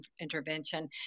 intervention